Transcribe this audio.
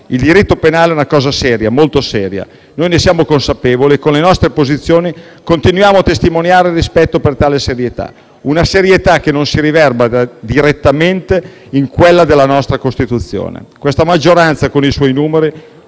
Il diritto penale è una cosa seria, molto seria. Noi ne siamo consapevoli e con le nostre posizioni continuiamo a testimoniare rispetto per tale serietà: una serietà che non si riverbera direttamente in quella della nostra Costituzione. Questa maggioranza, con i suoi numeri,